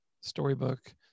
storybook